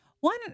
one